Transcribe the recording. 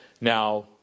Now